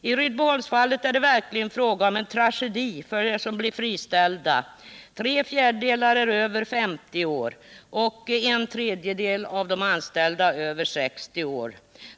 I Rydboholmsfallet är det verkligen fråga om en tragedi för dem som blir friställda: tre fjärdedelar av de anställda är över 50 år och en tredjedel är över 60 år.